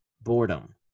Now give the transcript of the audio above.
Boredom